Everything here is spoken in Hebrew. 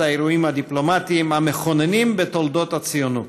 האירועים הדיפלומטיים המכוננים בתולדות הציונות: